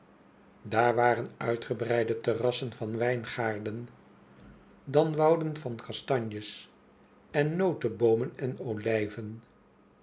daar waren uitgebreide terrassen van wijngaarden dan wouden van kastanjes en noteboomen en